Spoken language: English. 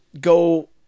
go